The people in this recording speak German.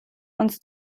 uns